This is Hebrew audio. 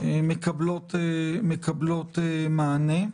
מקבלות מענה.